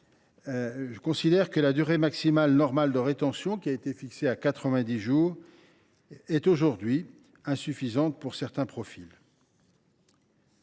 je considère que la durée maximale normale de rétention, fixée à 90 jours, est aujourd’hui insuffisante pour certains profils.